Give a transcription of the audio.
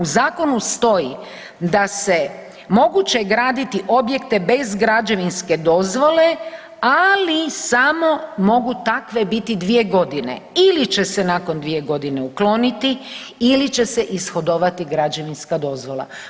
U zakonu stoji da se moguće graditi objekte bez građevinske dozvole ali samo mogu takve biti 2 godine ili će se nakon 2 godine ukloniti ili će se ishodovati građevinska dozvola.